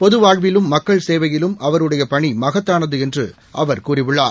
பொதுவாழ்விலும் மக்கள் சேவையிலும் அவருடையபணிமகத்தானதுஎன்றுஅவர் கூறியுள்ளார்